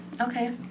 okay